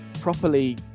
properly